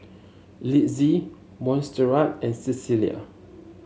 Litzy Montserrat and Cecelia